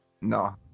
No